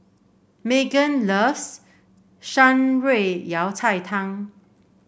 Meggan loves Shan Rui Yao Cai Tang